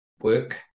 work